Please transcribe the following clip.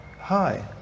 hi